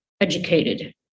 educated